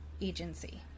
Agency